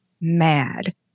mad